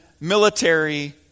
military